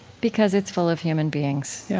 because it's full of human beings. yeah